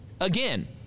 Again